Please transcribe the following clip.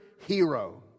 hero